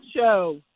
show